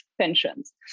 pensions